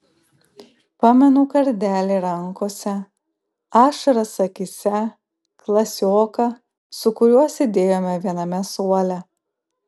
pamenu kardelį rankose ašaras akyse klasioką su kuriuo sėdėjome viename suole